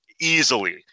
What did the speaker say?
easily